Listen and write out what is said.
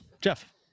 Jeff